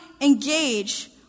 engage